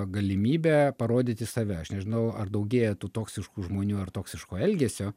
galimybę parodyti save aš nežinau ar daugėja tų toksiškų žmonių ar toksiško elgesio